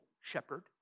shepherd